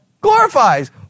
glorifies